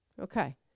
okay